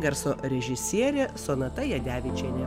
garso režisierė sonata jadevičienė